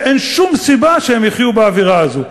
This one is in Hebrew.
ואין שום סיבה שהם יחיו באווירה הזאת.